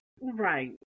Right